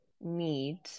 need